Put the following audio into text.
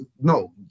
no